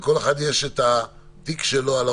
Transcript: ושמים להם את שיקול הדעת שלהם,